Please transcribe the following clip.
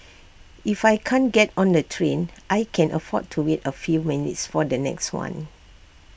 if I can't get on the train I can afford to wait A few minutes for the next one